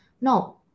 No